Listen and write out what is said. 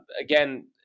again